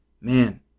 Man